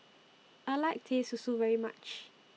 I like Teh Susu very much